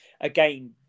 again